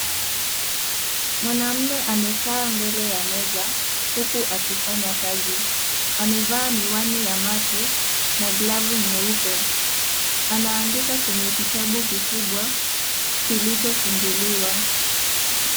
Mwanamume amekaa mbele ya meza huku akifanya kazi, amevaa miwani ya macho na glavu nyeupe, anaandika kwenye kitabu kikubwa kilichofunguliwa.